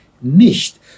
nicht